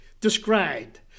described